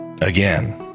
again